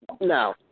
No